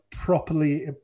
properly